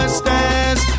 stairs